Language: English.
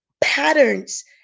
patterns